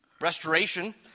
restoration